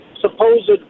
supposed